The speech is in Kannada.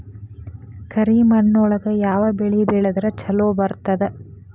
ಕರಿಮಣ್ಣೊಳಗ ಯಾವ ಬೆಳಿ ಬೆಳದ್ರ ಛಲೋ ಬರ್ತದ?